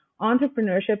entrepreneurship